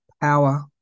power